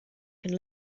can